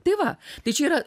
tai va tai čia yra